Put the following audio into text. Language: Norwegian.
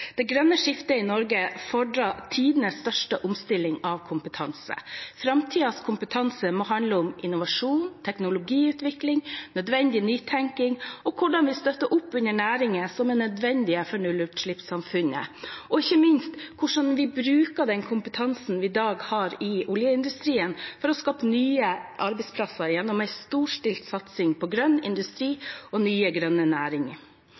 Det grønne skiftet i Norge fordrer tidenes største omstilling av kompetanse. Framtidens kompetanse må handle om innovasjon, teknologiutvikling, nødvendig nytenking, hvordan vi støtter opp under næringer som er nødvendige for nullutslippssamfunnet, og ikke minst hvordan vi bruker den kompetansen vi i dag har i oljeindustrien, for å skape nye arbeidsplasser gjennom en storstilt satsing på grønn industri og nye, grønne